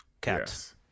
cat